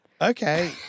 Okay